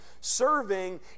serving